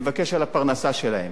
לבקש על הפרנסה שלהם.